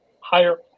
higher